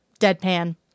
deadpan